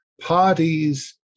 parties